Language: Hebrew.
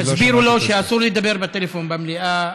תסבירו לו שאסור לדבר בטלפון במליאה,